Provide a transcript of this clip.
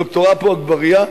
ד"ר עפו אגבאריה,